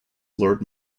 lord